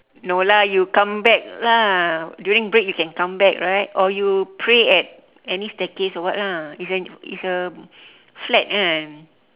no lah you come back lah during break you can come back right or you pray at any staircase or what lah it's a it's a flat kan